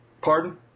Pardon